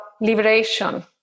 liberation